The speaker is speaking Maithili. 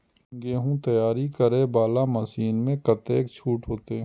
गेहूं तैयारी करे वाला मशीन में कतेक छूट होते?